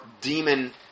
demon